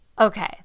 Okay